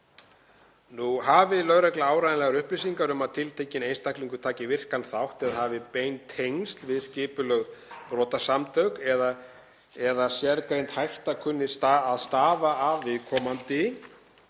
Hafi lögregla áreiðanlegar upplýsingar um að tiltekinn einstaklingur taki virkan þátt eða hafi bein tengsl við skipulögð brotasamtök eða að sérgreind hætta kunni að stafa af viðkomandi